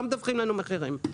לא מדווחים לנו מחירים.